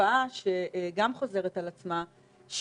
תופעה שחוזרת על עצמה,